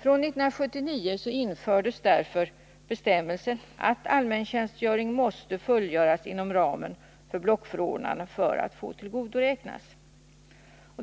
1979 infördes därför en bestämmelse att allmäntjänstgöring måste fullgöras inom ramen för blockförordnanden för att få tillgodoräknas.